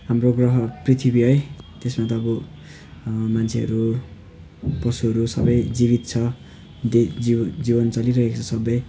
हाम्रो ग्रह पृथ्वी है त्यसमा त अब मान्छेहरू पशुहरू सबै जीवित छ दे जीवन जीवन चलिरहेको छ सधैँ